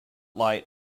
light